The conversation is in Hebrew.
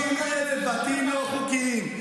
50 בתים לא חוקיים.